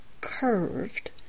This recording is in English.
curved